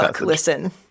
listen